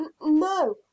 No